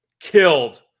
killed